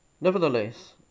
Nevertheless